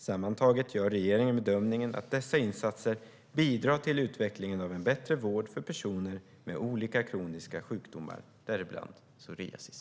Sammantaget gör regeringen bedömningen att dessa insatser bidrar till utvecklingen av en bättre vård för personer med olika kroniska sjukdomar, däribland psoriasis.